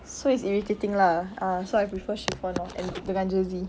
so it's irritating lah ah so I prefer chiffon lor and dengan jersey